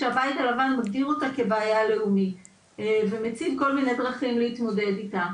שהבית הלבן הודיעו אותה כבעיה לאומית ומציג כל מיני דרכים להתמודד איתה,